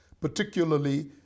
particularly